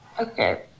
Okay